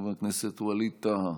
חבר הכנסת ווליד טאהא,